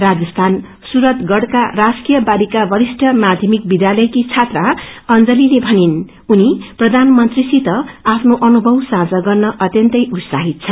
राज्स्थानको सूरतगढ़का राजकीय बालिकावरिष्ठ माध्यमिक विध्यालयकी छात्रा अंजलीले भनिन् उनी प्रधानमंत्रीसित आपे अनुभव साझा गर्न हुतु अत्यन्तै उत्साहित छन्